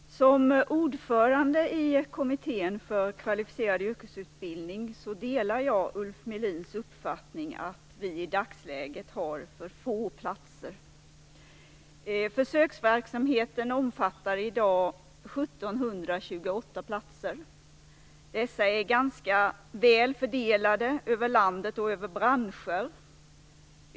Herr talman! Som ordförande i kommittén för Kvalificerad yrkesutbildning delar jag Ulf Melins uppfattning att vi i dagsläget har för få platser. Försöksverksamheten omfattar i dag 1 728 platser. Dessa är ganska väl fördelade över landet och över branscher.